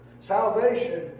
Salvation